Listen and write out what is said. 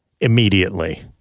immediately